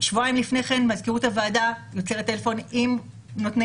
שבועיים לפני כן מזכירות הוועדה יוצרת קשר בטלפון עם נותני